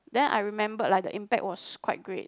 then I remembered like the impact was quite great